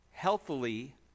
healthily